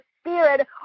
spirit